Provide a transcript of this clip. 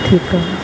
ठीकु आहे